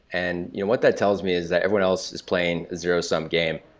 and you know what that tells me is that everyone else is playing zero-sum game,